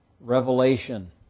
Revelation